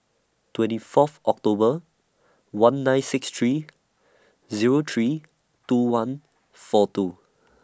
twenty Fourth October one nine six three Zero three two one four two